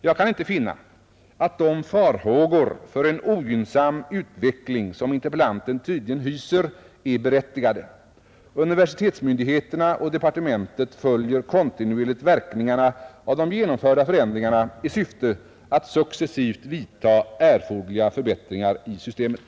Jag kan inte finna att de farhågor för en ogynnsam utveckling som interpellanten tydligen hyser är berättigade. Universitetsmyndigheterna och departementet följer kontinuerligt verkningarna av de genomförda förändringarna i syfte att successivt vidta erforderliga förbättringar i systemet.